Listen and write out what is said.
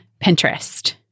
Pinterest